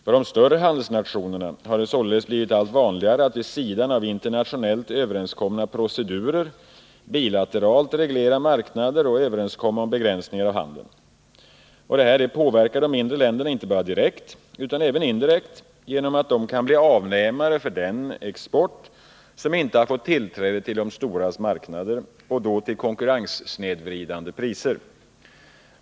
För de större handelsnationerna har det således blivit allt vanligare att vid sidan av internationellt överenskomna procedurer bilateralt reglera marknader och överenskomma om begränsningar av handeln. Detta påverkar de mindre länderna inte bara direkt utan även indirekt genom att de kan bli avnämare för den export som inte fått tillträde till de storas marknader och då till konkurrenssnedvridande priser.